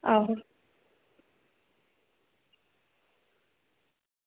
आहो